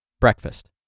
breakfast